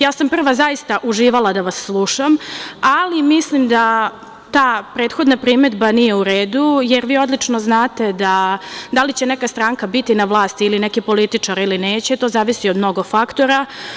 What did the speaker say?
Ja sam prva zaista uživala da vas slušam, ali mislim da ta prethodna primedba nije u redu, jer vi odlično znate da li će neka stranka biti na vlasti ili neki političar ili neće, to zavisi od mnogo faktora.